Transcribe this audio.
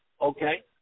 Okay